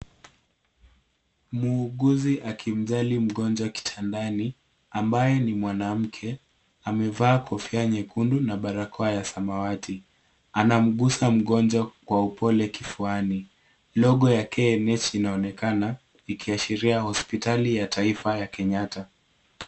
Muuguzi akimjali mgonjwa kitandani ambaye ni mwanamke. Amevaa kofia nyekundu na barakoa ya samawati. Anamgusa mgonjwa kwa upole kifuani. Logo ya KNH inaonekana, ikiashiria hospitali ya Taifa ya Kenyatta.